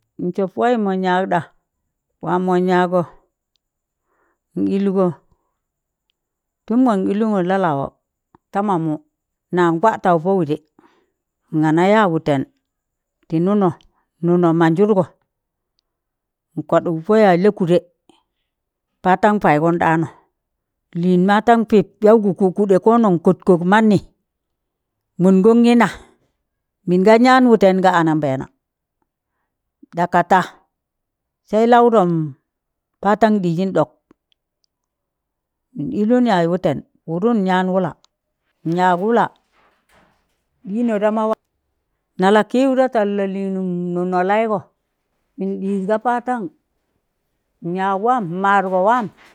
Nsọp waayịm mọn yaag ɗa? waa mọ yaagọ n'ịlgọ tun mọn ịlụngọn la lawọ, ta mamụ, nan kwataụ pọ wịdị, n naga yaa wụtẹn tị nụnọ, nụnọ manjụdgọ, n'kwadụk pọ yaaz lakụdẹ, patan paịgọnɗaanọ lịịn matan pịp yaụgụ kụkụɗẹ. Mọngọn gị na mịngan yaan wụtẹn ga ananbẹẹna ɗaga ta sai laụdọm patan ɗịzịn ɗọk n'ịllụn yaaz wụtẹn, pụụdụn nyaan wụla, nyaag wụla ɗịnnọ da ma na lakịwụ da tal lalịịnụm nụnọ laịgọ, mịn ɗịji ga patan, n'yaag waam, n'maadgọ waam.